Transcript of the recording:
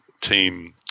team